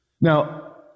Now